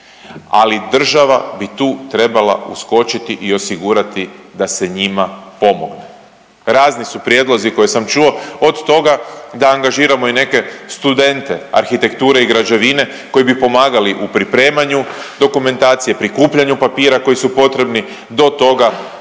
ali država bi tu trebala uskočiti i osigurati da se njima pomogne. Razni su prijedlozi koje sam čuo, od toga da angažiramo i neke studente arhitekture i građevine koji bi pomagali u pripremanju dokumentacije, prikupljanju papira koji su potrebni, do toga